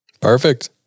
Perfect